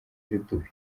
irudubi